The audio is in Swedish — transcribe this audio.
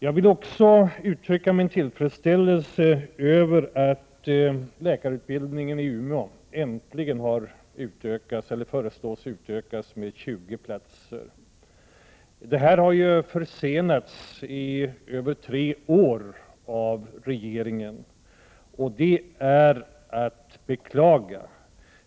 Jag vill också uttrycka min tillfredsställelse över att läkarutbildningen i Umeå äntligen föreslås utökas med 20 platser. Denna ökning har försenats i över tre år av regeringen, och det är att beklaga.